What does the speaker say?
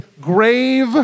grave